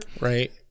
Right